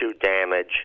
damage